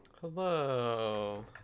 Hello